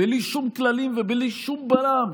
בלי שום כללים ובלי שום בלם,